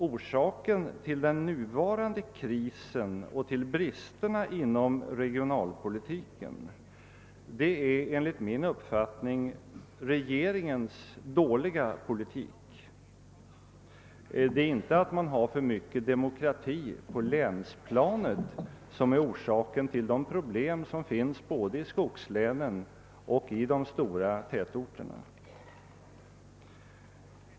Orsaken till den nuvarande krisen och till bristerna inom regionalpolitiken är enligt min uppfattning regeringens dåliga politik. Det är inte det förhållandet att man skulle ha för mycket demokrati på länsplanet, som förorsakar de problem som vi har både i skogslänen och i de stora tätorterna.